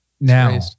Now